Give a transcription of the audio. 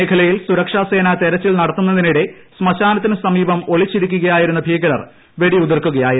മേഖലയിൽ സുരക്ഷാസേന തെരച്ചിൽ നടത്തുന്നതിനിടെ ശ്മശാനത്തിന് സമീപം ഒളിച്ചിരിക്കുകയായിരുന്ന ഭീകരർ വെടി ഉതിർക്കുകയായിരുന്നു